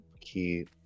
key